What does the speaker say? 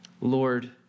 Lord